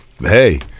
Hey